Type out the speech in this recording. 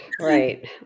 right